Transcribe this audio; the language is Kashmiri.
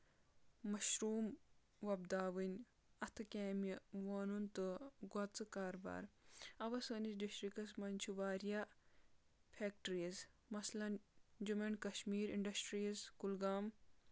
مشروٗم وۄپداوٕنۍ اَتھٕ کیمہِ وونُن تہٕ گۄژٕ کاربار اَوٕ سٲنِس ڈسٹرکس منٛز چھُ واریاہ فیکٹریٖز مثلاً جموں اینڈ کشمیٖر اِنڈسٹریٖز کُلگام